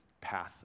path